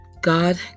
God